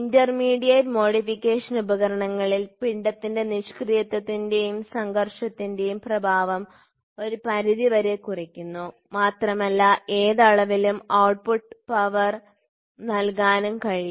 intermediate modification ഉപകരണങ്ങളിൽ പിണ്ഡത്തിന്റെ നിഷ്ക്രിയത്വത്തിന്റെയും സംഘർഷത്തിന്റെയും പ്രഭാവം ഒരു പരിധി വരെ കുറയ്ക്കുന്നു മാത്രമല്ല ഏത് അളവിലും ഔട്ട്പുട്ട് പവർ നൽകാനും കഴിയും